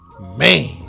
man